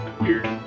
weird